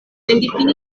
difinitan